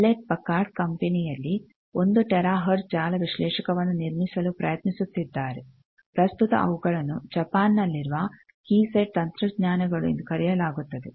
Hewlett Packard ಕಂಪನಿಯಲ್ಲಿ 1 terahertz ಜಾಲ ವಿಶ್ಲೇಷಕವನ್ನು ನಿರ್ಮಿಸಲು ಪ್ರಯತ್ನಿಸುತ್ತಿದ್ದಾರೆ ಪ್ರಸ್ತುತ ಅವುಗಳನ್ನು ಜಪಾನ್ ನಲ್ಲಿರುವ ಕಿಸೈಟ್ ತಂತ್ರಜ್ಞಾನಗಳು ಎಂದು ಕರೆಯಲಾಗುತ್ತದೆ